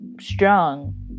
strong